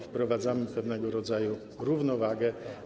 Wprowadzamy pewnego rodzaju równowagę.